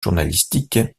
journalistique